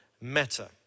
matter